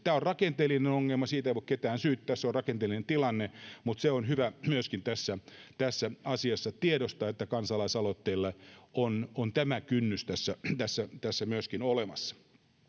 tämä on rakenteellinen ongelma siitä ei voi ketään syyttää se on rakenteellinen tilanne mutta on hyvä myöskin tässä tässä asiassa tiedostaa että kansalaisaloitteelle on tämä kynnys myöskin olemassa